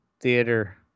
theater